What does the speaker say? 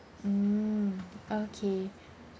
mm okay